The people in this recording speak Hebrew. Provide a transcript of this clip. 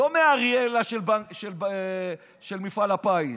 לא מאראלה של מפעל הפיס,